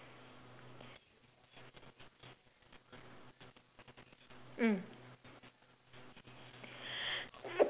mm